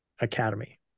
academy